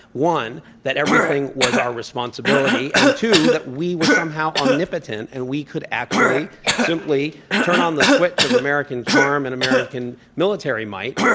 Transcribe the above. one, that everything was our responsibility, and two, that we were somehow omnipotent and we could actually simply turn on the switch of american charm and american military might,